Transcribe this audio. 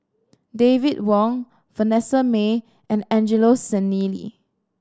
David Wong Vanessa Mae and Angelo Sanelli